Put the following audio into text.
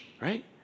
Right